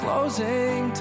Closing